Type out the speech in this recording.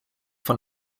von